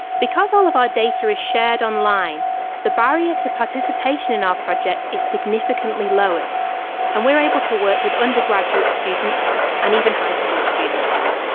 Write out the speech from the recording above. because all of our data is shared online the barrier to participation in our project is significantly lowered and we are able to work with undergraduate and even high school students.